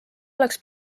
oleks